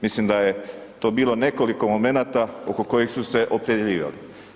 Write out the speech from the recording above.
Mislim da je to bilo nekoliko momenata oko kojeg su se opredjeljivali.